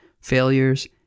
failures